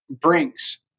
brings